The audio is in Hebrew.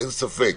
אין ספק,